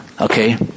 okay